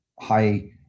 high